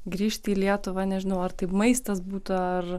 grįžti į lietuvą nežinau ar taip maistas būtų ar